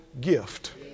gift